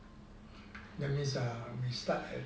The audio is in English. that means err we start at